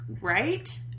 right